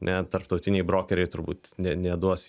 ne tarptautiniai brokeriai turbūt ne neduos